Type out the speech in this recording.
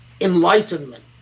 enlightenment